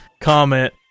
comment